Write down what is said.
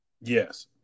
Yes